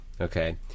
okay